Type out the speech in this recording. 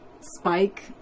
Spike